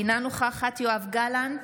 אינה נוכחת יואב גלנט,